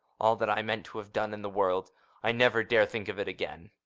all that i meant to have done in the world i never dare think of it again